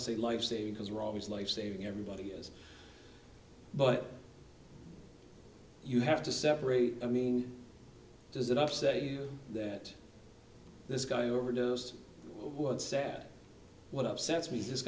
to say lifesaving because we're always lifesaving everybody is but you have to separate i mean does it upset you that this guy overdosed on sat what upsets me is